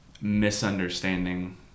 misunderstanding